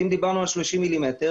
אם דיברנו על 30 מילימטרים,